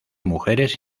mujeres